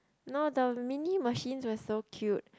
no the mini machines were so cute